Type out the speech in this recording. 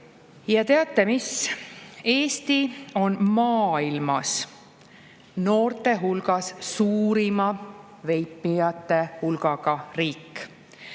Ja teate mis? Eesti on maailmas noorte hulgas suurima veipijate hulgaga riik.